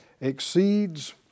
exceeds